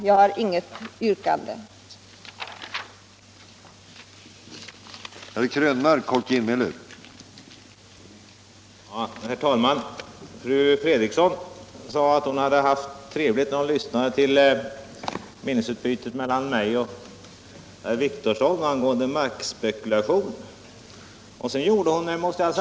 Jag har inget annat yrkande än bifall till utskottets hemställan.